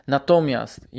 Natomiast